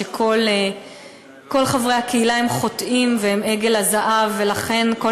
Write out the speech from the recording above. שכל חברי הקהילה הם חוטאים והם עגל הזהב ולכן לכל